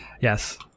yes